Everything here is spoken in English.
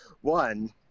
One